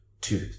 two